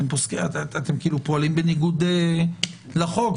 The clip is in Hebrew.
אתם פועלים כאילו בניגוד לחוק,